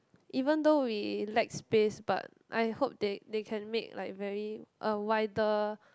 even though we lack space but I hope they they can make like very a wider